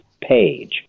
page